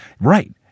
Right